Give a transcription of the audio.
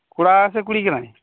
ᱠᱚᱲᱟ ᱥᱮ ᱠᱩᱲᱤ ᱠᱟᱱᱟᱭ